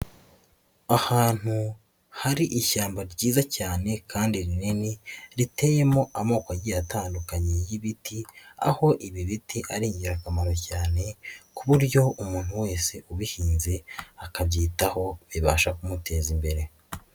Ahantu hari ishyamba ryiza cyane kandi rinini riteyemo amoko agiye atandukanye y'ibiti, aho ibi biti ari ingirakamaro cyane ku buryo umuntu wese ubihinze akabyitaho bibasha kumuteza imbere.